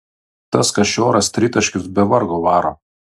tas kašioras tritaškius be vargo varo